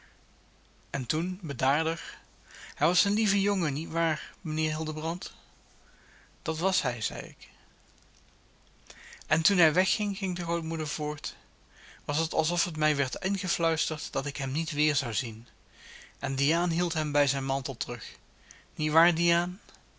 en toen bedaarder hij was een lieve jongen niet waar mijnheer hildebrand dat was hij zeide ik en toen hij wegging ging de grootmoeder voort was het alsof het mij werd ingefluisterd dat ik hem niet weer zou zien en diaan hield hem bij zijn mantel terug niet waar diaan